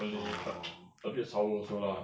orh